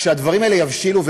כשהדברים האלה יבשילו,